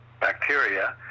bacteria